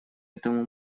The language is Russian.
этому